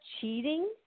cheating